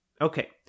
Okay